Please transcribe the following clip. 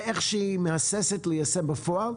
ואיך שהיא מהססת ליישם אותה בפועל,